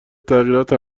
تغییرات